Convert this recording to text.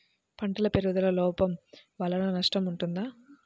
పంటల పెరుగుదల లోపం వలన నష్టము ఉంటుందా?